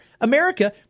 America